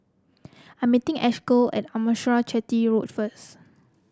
I'm meeting Ashleigh at Arnasalam Chetty Road first